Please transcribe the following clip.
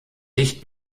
nicht